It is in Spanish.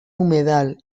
humedal